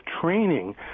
training